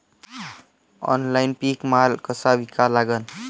Online पीक माल कसा विका लागन?